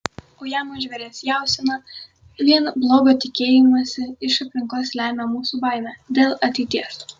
ujamo žvėries jauseną vien blogo tikėjimąsi iš aplinkos lemia mūsų baimė dėl ateities